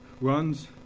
runs